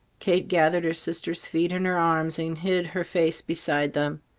kate gathered her sister's feet in her arms and hid her face beside them.